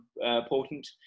important